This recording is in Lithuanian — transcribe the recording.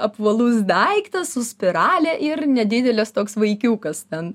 apvalus daiktas su spirale ir nedidelės toks vaikiukas ten